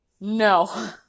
No